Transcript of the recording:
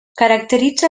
caracteritza